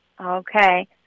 Okay